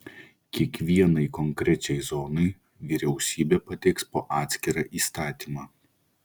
kiekvienai konkrečiai zonai vyriausybė pateiks po atskirą įstatymą